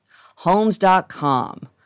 Homes.com